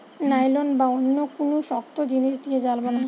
nylon বা অন্য কুনু শক্ত জিনিস দিয়ে জাল বানায়